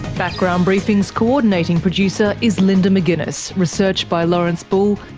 background briefing's co-ordinating producer is linda mcginness, research by lawrence bull,